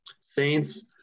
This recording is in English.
Saints